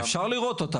לכיוון בתיר?